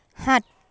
সাত